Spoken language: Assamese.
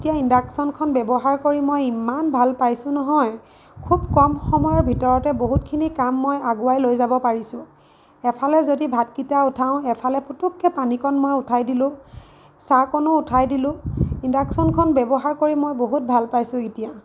এতিয়া ইণ্ডাকশ্যনখন ব্যৱহাৰ কৰি মই ইমান ভাল পাইছোঁ নহয় খুব কম সময়ৰ ভিতৰতে বহুতখিনি কাম মই আগুৱাই লৈ যাব পাৰিছোঁ এফালে যদি ভাতকেইটা উঠাওঁ এফালে পুতুককৈ পানীকণ মই উঠাই দিলোঁ চাহকনো উঠাই দিলোঁ ইণ্ডাকশ্যনখন ব্যৱহাৰ কৰি মই বহুত ভাল পাইছোঁ এতিয়া